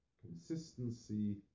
consistency